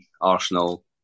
Arsenal